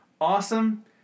awesome